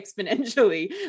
exponentially